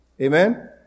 Amen